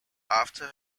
after